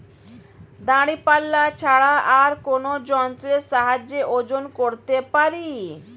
দাঁড়িপাল্লা ছাড়া আর কোন যন্ত্রের সাহায্যে ওজন করতে পারি?